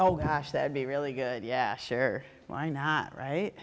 oh gosh that be really good yeah sure why not right